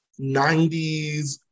90s